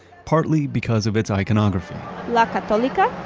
partly because of its iconography la catolica,